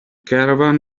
caravan